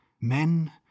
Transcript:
Men